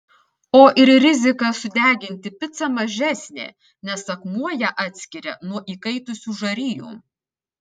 o ir rizika sudeginti picą mažesnė nes akmuo ją atskiria nuo įkaitusių žarijų